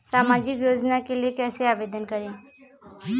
सामाजिक योजना के लिए कैसे आवेदन करें?